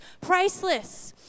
priceless